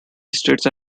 estates